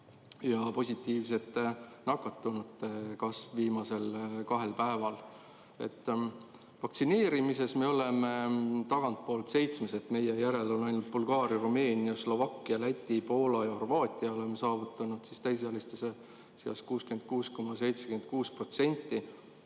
ja nakatunute arvu kasv viimasel kahel päeval. Vaktsineerimises me oleme tagantpoolt seitsmes, meie järel on ainult Bulgaaria, Rumeenia, Slovakkia, Läti, Poola ja Horvaatia. Oleme saavutanud täisealiste seas 66,76%.